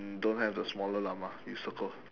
mm don't have the smaller llama you circle